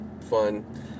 fun